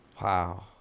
Wow